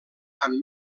amb